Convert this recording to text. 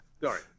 Sorry